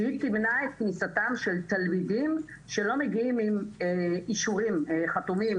שהיא תמנע את כניסתם של תלמידים שלא מגיעים עם אישורים חתומים